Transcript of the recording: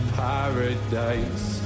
paradise